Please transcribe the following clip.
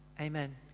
Amen